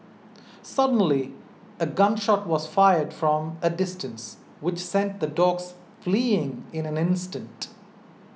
suddenly a gun shot was fired from a distance which sent the dogs fleeing in an instant